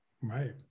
Right